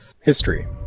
history